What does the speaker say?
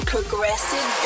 Progressive